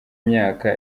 imyaka